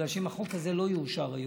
אם החוק הזה לא יאושר היום,